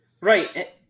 Right